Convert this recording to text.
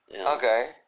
Okay